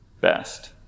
best